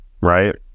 right